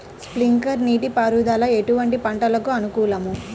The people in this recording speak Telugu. స్ప్రింక్లర్ నీటిపారుదల ఎటువంటి పంటలకు అనుకూలము?